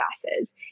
classes